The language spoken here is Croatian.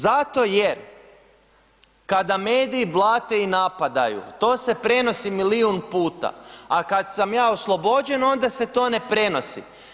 Zato jer kada mediji blate i napadaju, to se prenosi milijun puta, a kad sam ja oslobođen, onda se to ne prenosi.